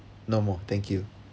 no more thank you